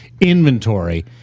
inventory